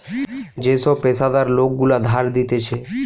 যে সব পেশাদার লোক গুলা ধার দিতেছে